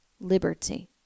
liberty